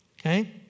okay